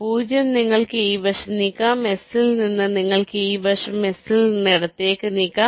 0 നിങ്ങൾക്ക് ഈ വശം നീക്കാം S ൽ നിന്ന് നിങ്ങൾക്ക് ഈ വശം S ൽ നിന്ന് ഇടത്തേക്ക് നീക്കാം